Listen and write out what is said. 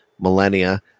millennia